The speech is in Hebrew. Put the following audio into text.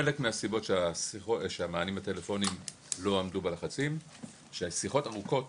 חלק מהסיבות שהמענים לטלפונים לא עמדו בלחצים היא ששיחות ארוכות